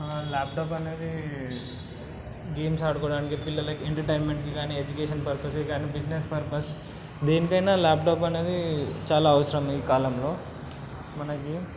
laptop అనేది games ఆడుకోవడానికి పిల్లలకు ఎంటర్టైన్మెంట్కి కానీ ఎడ్యుకేషన్ పర్పస్యే కానీ బిజినెస్ పర్పస్ దేనికైనా ల్యాప్టాప్ అనేది చాలా అవసరం ఈ కాలంలో మనకి